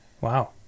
Wow